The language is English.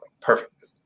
perfect